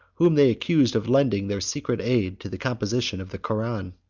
whom they accuse of lending their secret aid to the composition of the koran.